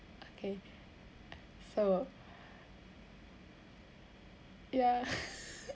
okay so ya